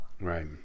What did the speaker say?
Right